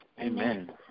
Amen